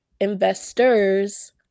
investors